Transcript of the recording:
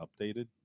updated